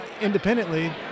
Independently